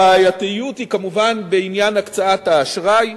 הבעייתיות היא כמובן בעניין הקצאת האשראי,